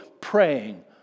praying